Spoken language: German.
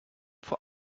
vor